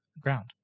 ground